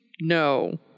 No